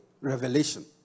revelation